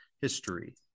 history